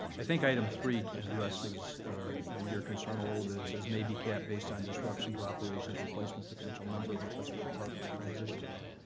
i think item three addresses your concern a little bit. it says may be capped based on disruption to operations, replacement potential, number of requests from department and transition plan.